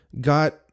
got